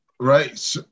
Right